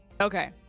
okay